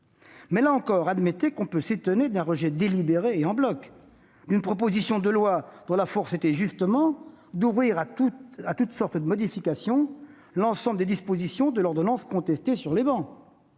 là encore, admettez que l'on peut s'étonner d'un rejet délibéré et en bloc d'une proposition de loi dont la force était justement d'ouvrir à toutes sortes de modifications l'ensemble des dispositions de l'ordonnance contestée sur ces travées,